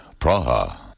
Praha